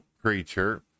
creature